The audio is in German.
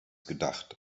gedacht